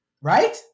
right